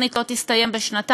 התוכנית לא תסתיים בשנתיים,